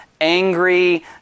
angry